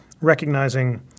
recognizing